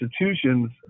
institutions